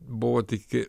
buvo tik